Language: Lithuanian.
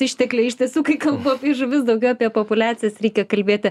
ištekliai iš tiesų kai kalbu apie žuvis daugiau apie populiacijas reikia kalbėti